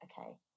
okay